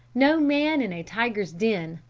no man in a tiger's den,